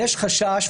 יש חשש,